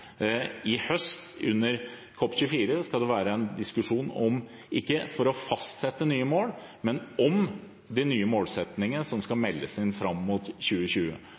Under COP24 til høsten skal det være en diskusjon – ikke for å fastsette nye mål, men – om de nye målsettingene, som skal meldes inn fram mot 2020.